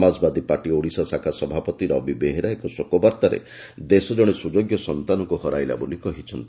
ସମାଜବାଦୀ ପାର୍ଟି ଓଡ଼ିଶା ଶାଖା ସଭାପତି ରବି ବେହେରା ଏକ ଶୋକବାର୍ତ୍ତାରେ ଦେଶ ଜଣେ ସୁଯୋଗ୍ୟ ସନ୍ତାନକୁ ହରାଇଲା ବୋଲି କହିଛନ୍ତି